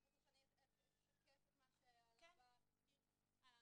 אהלן, אני יעל אודם,